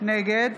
נגד